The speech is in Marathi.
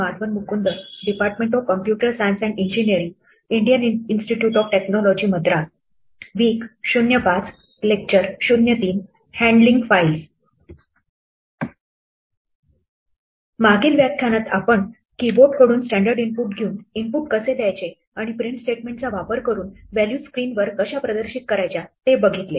मागील व्याख्यानात आपण कीबोर्ड कडून स्टॅंडर्ड इनपुट घेऊन इनपुट कसे द्यायचे आणि प्रिंट स्टेटमेंट चा वापर करून व्हॅल्यूज स्क्रीन वर कशा प्रदर्शित करायच्या ते बघितले